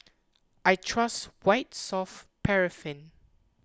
I trust White Soft Paraffin